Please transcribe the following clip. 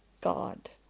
God